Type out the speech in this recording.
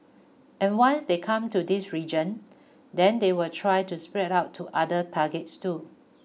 and once they come to this region then they will try to spread out to other targets too